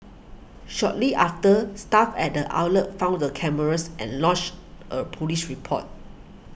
shortly after staff at the outlet found the cameras and lodged a police report